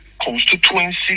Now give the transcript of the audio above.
constituency